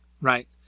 right